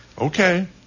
Okay